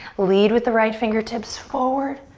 lead with the right fingertips forward,